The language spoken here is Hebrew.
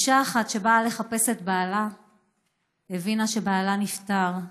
אישה אחת שבאה לחפש את בעלה הבינה שבעלה נפטר.